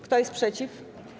Kto jest przeciw?